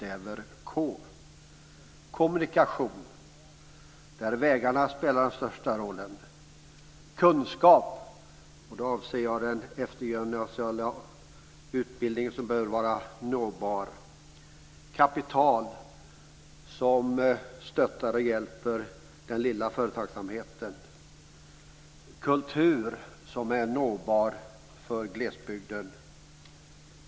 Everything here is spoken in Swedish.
Kommunikation, där vägarna spelar den största rollen. Kunskap, och då avser jag den eftergymnasiala utbildning som bör vara nåbar. Kapital som stöttar och hjälper den lilla företagsamheten. Kultur som är nåbar för glesbygden.